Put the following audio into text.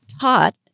taught